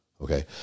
Okay